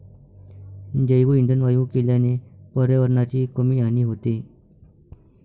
जैवइंधन वायू केल्याने पर्यावरणाची कमी हानी होते